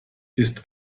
ist